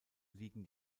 liegen